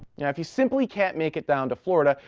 yeah if you simply can't make it down to florida,